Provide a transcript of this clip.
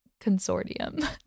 Consortium